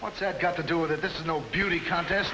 what's that got to do with it this is no beauty contest